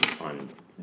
on